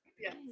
Yes